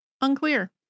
Unclear